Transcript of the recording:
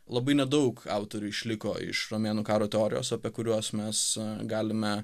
labai nedaug autorių išliko iš romėnų karo teorijos apie kuriuos mes galime